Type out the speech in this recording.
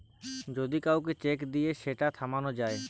যদি কাউকে চেক দিয়ে সেটা থামানো যায়